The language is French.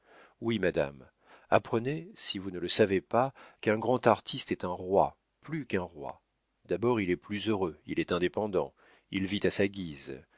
oui madame apprenez si vous ne le savez pas qu'un grand artiste est un roi plus qu'un roi d'abord il est plus heureux il est indépendant il vit à sa guise